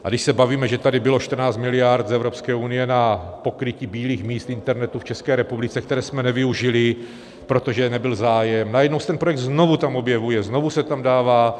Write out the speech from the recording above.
A když se bavíme, že tady bylo 14 miliard z Evropské unie na pokrytí bílých míst internetu v České republice, které jsme nevyužili, protože nebyl zájem, najednou se ten projekt znovu tam objevuje, znovu se tam dává.